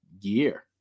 year